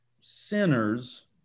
sinners